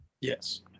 Yes